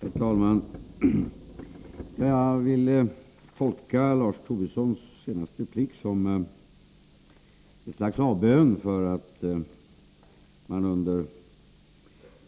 Herr talman! Jag tolkar Lars Tobissons senaste replik som ett slags avbön för att man